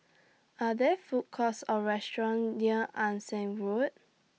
Are There Food Courts Or restaurants near Ann Siang Road